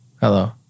hello